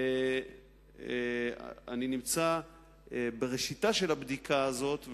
אני נמצא בראשיתה של הבדיקה הזאת,